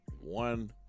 One